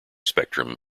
spectrum